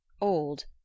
old